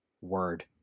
Word